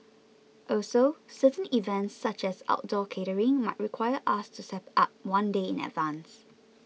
also certain events such as outdoor catering might require us to set up one day in advance